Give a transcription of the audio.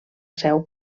seu